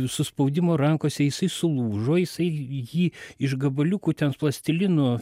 suspaudimo rankose jisai sulūžo jisai jį iš gabaliukų ten plastilinu